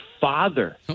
father